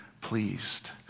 pleased